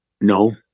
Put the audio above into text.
No